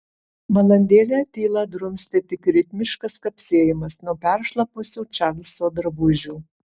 valandėlę tylą drumstė tik ritmiškas kapsėjimas nuo peršlapusių čarlzo drabužių